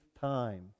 time